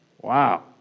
Wow